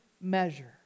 measure